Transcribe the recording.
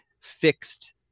fixed